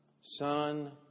Son